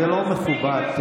השר כהנא, זה לא מכובד.